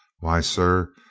why, sir,